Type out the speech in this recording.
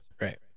Right